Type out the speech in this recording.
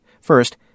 First